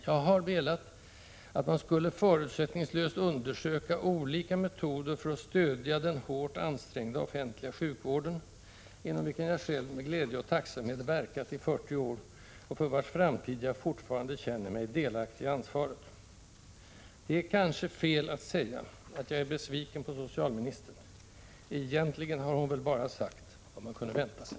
Jag har velat att man förutsättningslöst skulle undersöka olika metoder för att stödja den hårt ansträngda offentliga sjukvården, inom vilken jag själv med glädje och tacksamhet verkat i 40 år och för vars framtid jag fortfarande känner mig delaktig i ansvaret. Det är kanske fel att säga att jag är besviken på socialministern. Egentligen har hon väl bara sagt vad man kunde vänta sig.